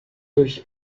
durch